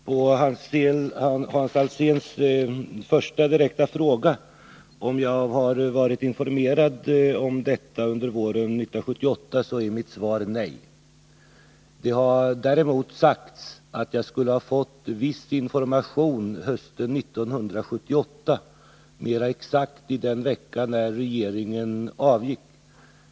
Herr talman! På Hans Alséns första direkta fråga — om jag var informerad om detta våren 1978 — blir mitt svar nej. Däremot har det sagts att jag skulle ha fått viss information hösten 1978, mera exakt i den vecka då regeringen avgick.